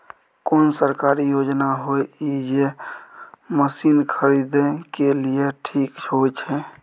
कोन सरकारी योजना होय इ जे मसीन खरीदे के लिए ठीक होय छै?